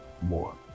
more